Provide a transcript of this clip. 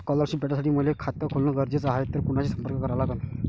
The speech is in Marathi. स्कॉलरशिप भेटासाठी मले खात खोलने गरजेचे हाय तर कुणाशी संपर्क करा लागन?